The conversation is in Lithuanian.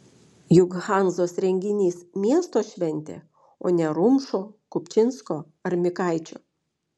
juk hanzos renginys miesto šventė o ne rumšo kupčinsko ar mikaičio